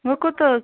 وۄںۍ کوتہ حظ